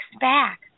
back